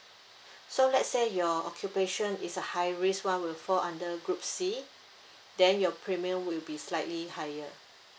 so let's say your occupation is a high risk [one] will fall under group C then your premium will be slightly higher